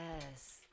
yes